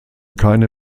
keine